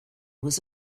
was